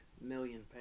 million